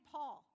Paul